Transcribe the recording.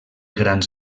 grans